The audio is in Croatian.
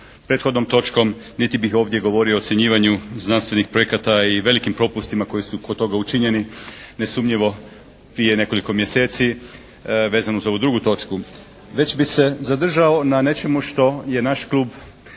prethodnom točkom, niti bih govorio o ocjenjivanju znanstvenih projekata i velikim propustima koji su kod toga učinjeni. Nesumnjivo prije nekoliko mjeseci vezano za ovu drugu točku već bih se zadržao na nečemu što je naš klub